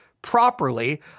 properly